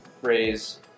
phrase